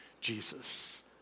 Jesus